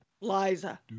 Liza